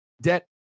debt